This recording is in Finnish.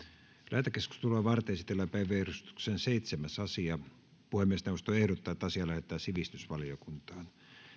lähetekeskustelua varten esitellään päiväjärjestyksen seitsemäs asia puhemiesneuvosto ehdottaa että asia lähetetään sivistysvaliokuntaan